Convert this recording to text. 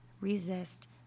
resist